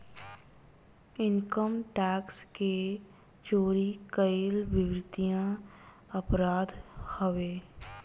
income tax के चोरी कईल वित्तीय अपराध हवे